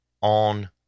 on